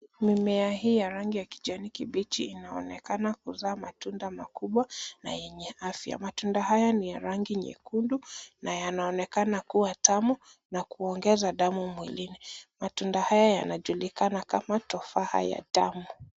Mimea hii ya rangi ya kijani kibichi inaonekana kuzaa matunda makubwa na yenye afya, matunda haya ni ya rangi nyekundu na yanaonekana kuwa tamu, na kuongeza damu mwilini, matunda haya yanajulikana kama tofaha ya damu.